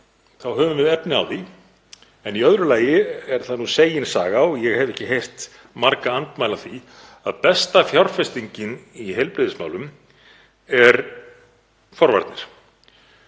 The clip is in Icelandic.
þá höfum við efni á því. En í öðru lagi er það nú segin saga, og ég hef ekki heyrt marga andmæla því, að besta fjárfestingin í heilbrigðismálum er forvarnir